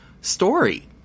story